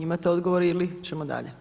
Imate odgovor ili ćemo dalje?